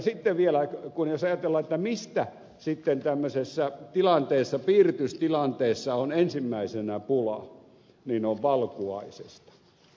sitten vielä jos ajatellaan mistä sitten tämmöisessä piiritystilanteessa on ensimmäisenä pula niin se on valkuaisesta